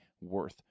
worth